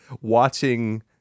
watching